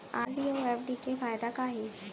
RD अऊ FD के फायेदा का हे?